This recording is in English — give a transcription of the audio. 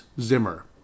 Zimmer